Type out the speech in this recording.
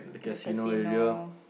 the casino